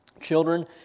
Children